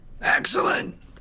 Excellent